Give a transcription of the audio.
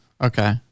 Okay